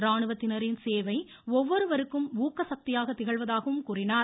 ராணுவத்தினரின் சேவை ஒவ்வொருவருக்கும் ஊக்க சக்தியாக திகழ்வதாகவும் கூறினார்